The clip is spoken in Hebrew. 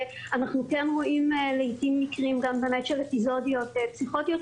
אנחנו רואים לעתים מקרים גם של אפיזודיות פסיכוטיות,